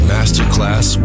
Masterclass